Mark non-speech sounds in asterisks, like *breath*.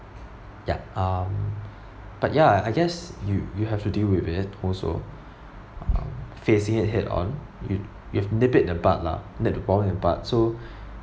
ya um but ya I guess you you have to deal with it also um facing it head on you know you know nip it in the bud lah nip the problem in bud so *breath*